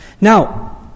Now